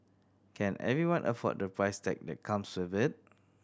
can everyone afford the price tag that comes with it